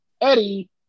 Eddie